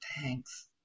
Thanks